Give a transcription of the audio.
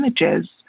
images